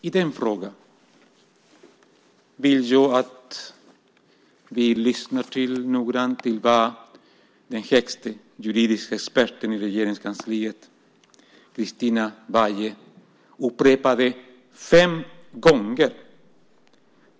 I den frågan vill jag att vi lyssnar noggrant till vad den högsta juridiska experten i Regeringskansliet, Christina Weihe, upprepade fem gånger.